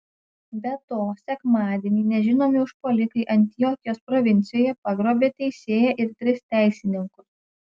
be to sekmadienį nežinomi užpuolikai antiokijos provincijoje pagrobė teisėją ir tris teisininkus